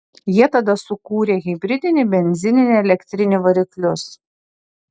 jie tada sukūrė hibridinį benzininį elektrinį variklius